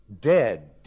dead